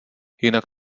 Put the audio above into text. jinak